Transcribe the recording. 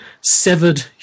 Severed